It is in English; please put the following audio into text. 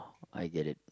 I get it